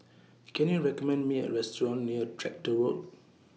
Can YOU recommend Me A Restaurant near Tractor Road